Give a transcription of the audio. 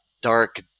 dark